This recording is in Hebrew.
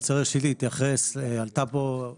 ראשית אני רוצה להתייחס להערה שעלתה פה.